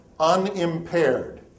unimpaired